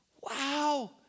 Wow